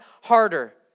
harder